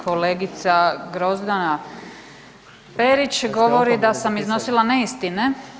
Kolegica Grozdana Perić govori da sam iznosila neistine.